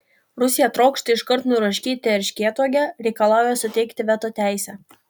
rusija trokšta iškart nuraškyti erškėtuogę reikalauja suteikti veto teisę